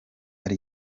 ari